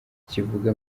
kivuga